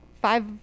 Five